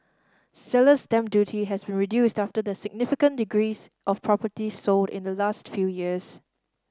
seller's stamp duty has been reduced after the significant decrease of properties sold in the last few years